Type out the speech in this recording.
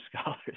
scholars